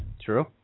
True